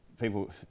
people